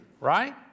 right